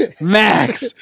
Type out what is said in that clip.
Max